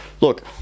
look